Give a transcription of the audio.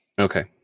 Okay